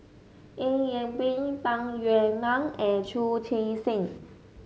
Eng Yee Peng Tung Yue Nang and Chu Chee Seng